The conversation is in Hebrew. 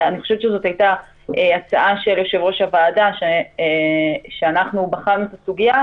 אני חושבת שזו הייתה של יושב-ראש הוועדה כשבחנו את הסוגיה,